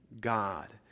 God